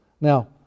Now